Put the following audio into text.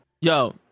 Yo